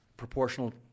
Proportional